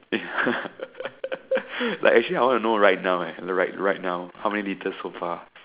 like actually I wanna know right now eh right right now how many litres so far